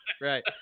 right